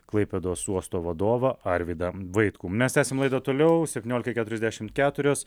klaipėdos uosto vadovą arvydą vaitkų mes esam laida toliau septyniolika keturiasdešimt keturios